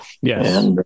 Yes